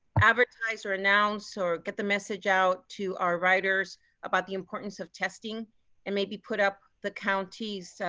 advertise or announce or get the message out to our riders about the importance of testing and maybe put up the county's